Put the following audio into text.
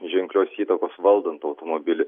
ženklios įtakos valdant automobilį